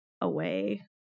away